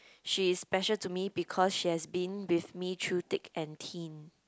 she is special to me because she has been with me through thick and thin